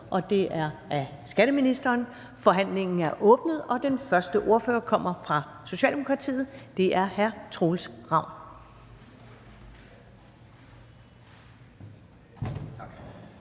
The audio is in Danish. næstformand (Karen Ellemann): Forhandlingen er åbnet, og den første ordfører kommer fra Socialdemokratiet. Det er hr. Troels Ravn.